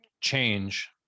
change